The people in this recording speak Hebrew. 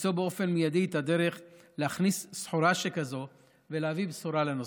למצוא באופן מיידי את הדרך להכניס סחורה שכזאת ולהביא בשורה בנושא.